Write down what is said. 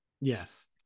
Yes